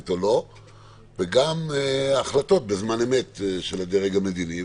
או לא וגם בהחלטות בזמן אמת של הדרג המדיני.